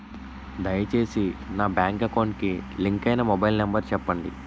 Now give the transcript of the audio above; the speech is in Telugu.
దయచేసి నా బ్యాంక్ అకౌంట్ కి లింక్ అయినా మొబైల్ నంబర్ చెప్పండి